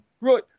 Right